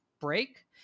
break